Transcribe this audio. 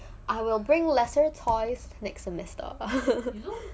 I will bring lesser toys next semester